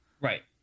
Right